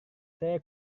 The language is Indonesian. saya